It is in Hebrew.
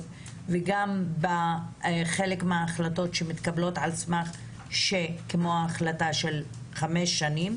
וגם בחלק מההחלטות שמתקבלות כמו ההחלטה של חמש שנים